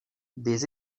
des